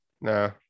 No